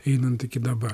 einant iki dabar